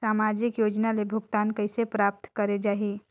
समाजिक योजना ले भुगतान कइसे प्राप्त करे जाहि?